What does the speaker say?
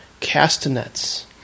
Castanets